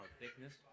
thickness